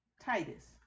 Titus